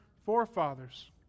forefathers